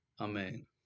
Amen